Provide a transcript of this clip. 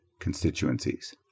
constituencies